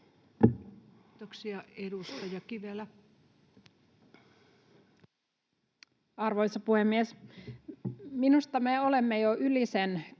Kiitoksia. — Edustaja Kivelä. Arvoisa puhemies! Minusta me olemme jo yli sen pisteen,